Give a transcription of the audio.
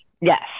Yes